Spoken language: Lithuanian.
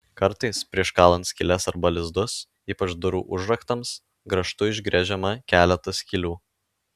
kartais prieš kalant skyles arba lizdus ypač durų užraktams grąžtu išgręžiama keletas skylių